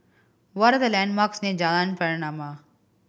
what are the landmarks near Jalan Pernama